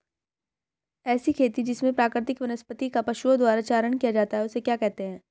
ऐसी खेती जिसमें प्राकृतिक वनस्पति का पशुओं द्वारा चारण किया जाता है उसे क्या कहते हैं?